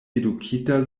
edukita